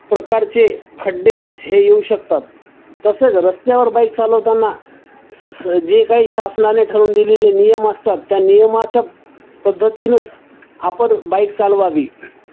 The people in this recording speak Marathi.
प्रकारचे खड्डे हे येऊ शकतात तसेच रस्त्यावर बाईक चालवताना स जे काही शासनाने ठरवून दिलेले नियम असतात त्या नियमाच्या पद्धतीनंच आपण बाईक चालवावी